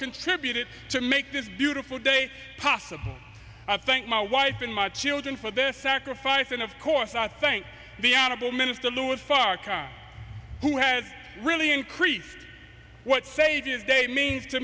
contributed to make this beautiful day possible i think my wife and my children for their sacrifice and of course i think the honorable minister louis farrakhan who has really increased what saviour's day means to